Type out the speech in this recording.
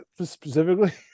specifically